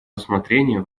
рассмотрения